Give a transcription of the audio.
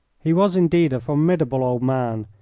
he was, indeed, a formidable old man,